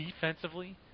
defensively